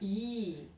!ee!